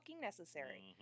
necessary